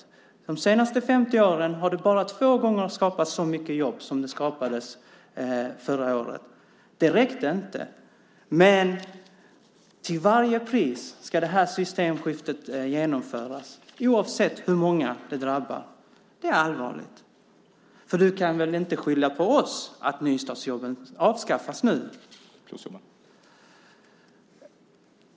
Under de senaste 50 åren har det bara två gånger skapats så mycket jobb som förra året. Det räckte inte. Men till varje pris ska det här systemskiftet tydligen genomföras, oavsett hur många det drabbar. Det är allvarligt. Du kan väl inte skylla på oss för att nystartsjobben nu avskaffas?